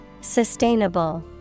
sustainable